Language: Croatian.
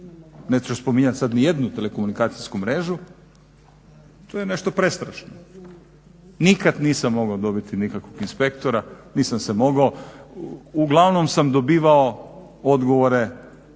neću spominjat sad nijednu telekomunikacijsku mrežu, to je nešto prestrašno. Nikad nisam mogao dobiti nikakvog inspektora, nisam se mogao, uglavnom sam dobivao odgovore